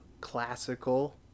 classical